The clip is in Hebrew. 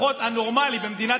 שרה במדינת